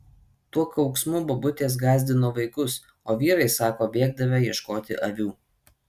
tuo kauksmu bobutės gąsdino vaikus o vyrai sako bėgdavę ieškoti avių